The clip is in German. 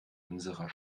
unserer